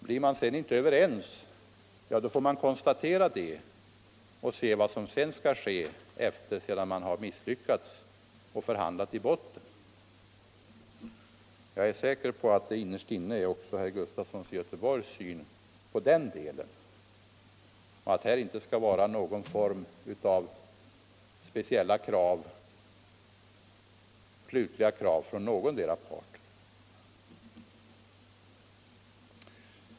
Blir man inte överens, får man konstatera det och se vad som skall ske efter det att man misslyckats och förhandlat i botten. Jag är säker på att det innerst inne är herr Gustafsons i Göteborg syn på den delen av frågan och att här inte skall förekomma någon form av speciella slutliga krav från någondera parten.